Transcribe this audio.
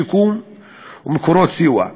שיקום ומקורות סיוע.